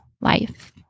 life